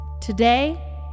Today